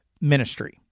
ministry